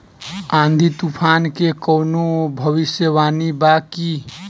आँधी तूफान के कवनों भविष्य वानी बा की?